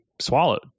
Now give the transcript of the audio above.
swallowed